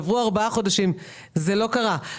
עברו ארבעה חודשים וזה לא קרה.